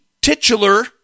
titular